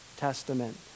Testament